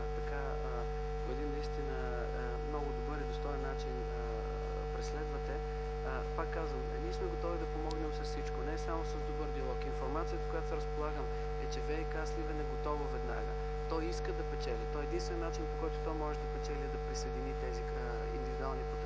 която Вие по много добър и достоен начин преследвате. Пак казвам: готови сме да помогнем с всичко, не само с добър диалог. Информацията, с която разполагам, е, че ВиК – Сливен е готово веднага. То иска да печели. Единственият начин, по който то може да печели, е да присъедини тези индивидуални потребители